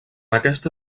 aquesta